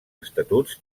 estatuts